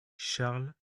charles